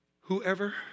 Whoever